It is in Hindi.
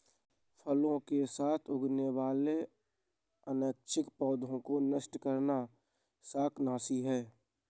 फसलों के साथ उगने वाले अनैच्छिक पौधों को नष्ट करना शाकनाशी है